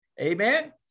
Amen